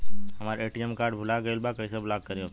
हमार ATM card भूला गईल बा कईसे ब्लॉक करी ओके?